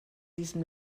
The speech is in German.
diesem